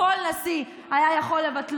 שכל נשיא היה יכול לבטל,